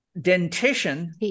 dentition